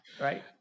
Right